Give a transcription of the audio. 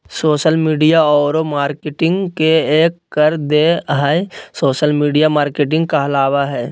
social media औरो marketing के एक कर देह हइ सोशल मिडिया मार्केटिंग कहाबय हइ